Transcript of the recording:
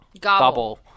Gobble